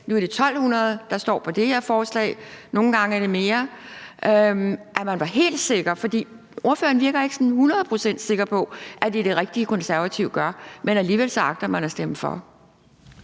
Nu er det 1.200, der står på det her lovforslag, og nogle gange er det flere. For ordføreren virker ikke sådan hundrede procent sikker på, at det er det rigtige, Konservative gør, men alligevel agter man at stemme for.